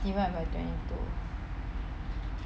divide by twenty